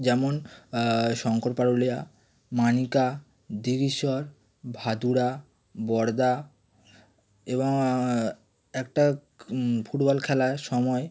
যেমন শঙ্কর পারুলিয়া মানিকা দিবিশ্বর ভাদুড়া বড়দা এবং একটা ফুটবল খেলা সময়